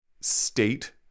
state